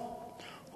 הוקמו באותו מפרץ.